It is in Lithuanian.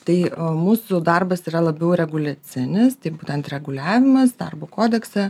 tai o mūsų darbas yra labiau reguliacinistai būtent reguliavimas darbo kodekse